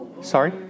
Sorry